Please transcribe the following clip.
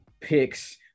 picks